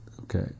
okay